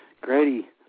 Grady